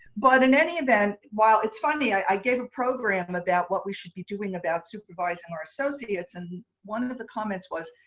but in any event, while it's funny, i gave a program about what we should be doing about supervising our associates, and one of the comments was,